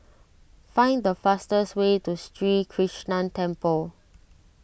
find the fastest way to Sri Krishnan Temple